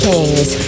Kings